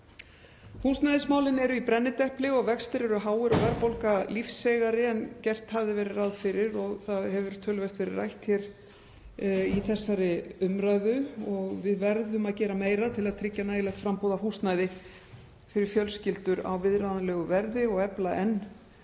Húsnæðismálin eru í brennidepli og vextir eru háir og verðbólga lífseigari en gert hafði verið ráð fyrir. Það hefur töluvert verið rætt hér í þessari umræðu. Við verðum að gera meira til að tryggja nægilegt framboð af húsnæði fyrir fjölskyldur á viðráðanlegu verði og efla enn